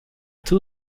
two